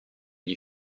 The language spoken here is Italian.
gli